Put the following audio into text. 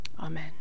Amen